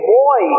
boy